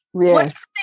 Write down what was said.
Yes